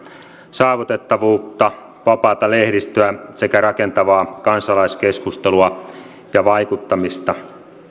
saavutettavuutta vapaata lehdistöä sekä rakentavaa kansalaiskeskustelua ja vaikuttamista